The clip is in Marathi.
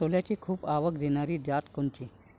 सोल्याची खूप आवक देनारी जात कोनची?